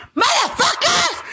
motherfuckers